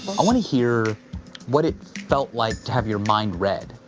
i wanna hear what it felt like to have your mind read.